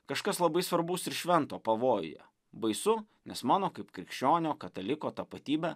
kažkas labai svarbus ir švento pavojuje baisu nes mano kaip krikščionio kataliko tapatybė